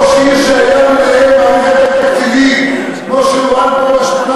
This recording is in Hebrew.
ראש עיר שהיה מנהל מערכת תקציבית כמו שנוהלה פה בשמונת